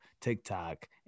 TikTok